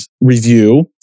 Review